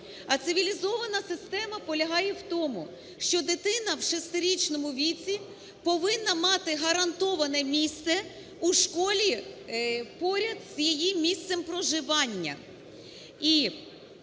А цивілізована система полягає в тому, що дитина в шестирічному віці повинна мати гарантоване місце у школі поряд з її місцем проживання.